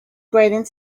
grating